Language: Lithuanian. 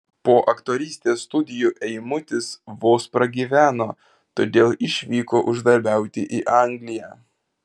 po aktorystės studijų eimutis vos pragyveno todėl išvyko uždarbiauti į angliją